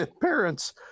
parents